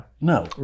No